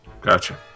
gotcha